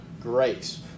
grace